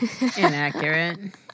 Inaccurate